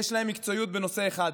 יש להם מקצועיות בנושא אחד,